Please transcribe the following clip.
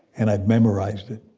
and i've memorized it.